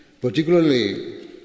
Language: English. Particularly